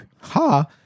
ha